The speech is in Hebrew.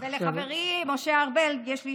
ולחברי משה ארבל יש לי